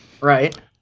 right